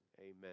amen